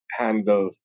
handle